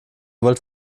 wollt